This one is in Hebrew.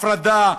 הפרדה,